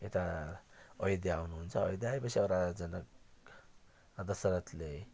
यता अयोध्या आउनुहुन्छ अयोध्या आएपछि अब राजा जनक दशरथले